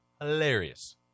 hilarious